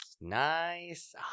Nice